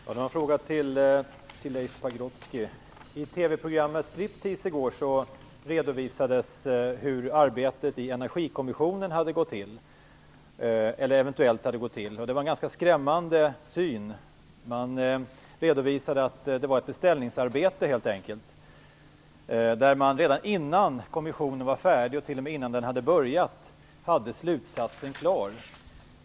Fru talman! Jag har en fråga till Leif Pagrotsky. I TV-programmet Striptease i går redovisades hur arbetet i Energikommissionen eventuellt hade gått till. Det var en ganska skrämmande bild. Man sade att det var ett beställningsarbete helt enkelt, och att man redan innan kommissionens arbete var färdigt - ja, t.o.m. innan det hade börjat - hade slutsatsen klar.